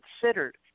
considered